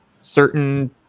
certain